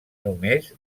només